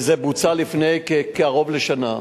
וזה בוצע לפני קרוב לשנה.